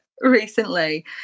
recently